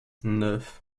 neuf